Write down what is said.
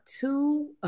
two